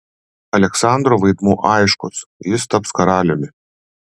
aleksandro vaidmuo aiškus jis taps karaliumi